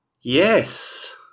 yes